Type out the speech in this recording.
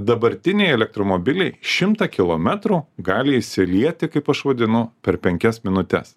dabartiniai elektromobiliai šimtą kilometrų gali išsilieti kaip aš vadinu per penkias minutes